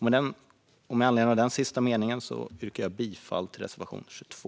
Med anledning av den sista meningen yrkar jag bifall till reservation 22.